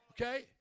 Okay